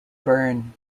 bern